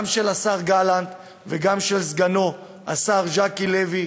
גם של השר גלנט וגם של סגנו ז'קי לוי,